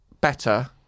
better